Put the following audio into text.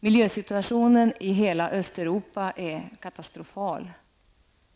Miljösituationen är katastrofal i hela Östeuropa.